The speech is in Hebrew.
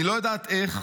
אני לא יודעת איך,